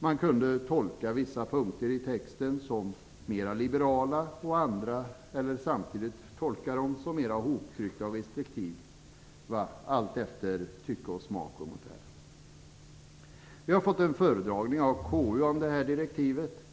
Det gick att tolka vissa punkter i texten som mer liberala eller samtidigt tolka dem som mera restriktiva, allt efter tycke och smak. Vi har fått höra en föredragning från KU om direktivet.